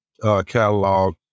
catalog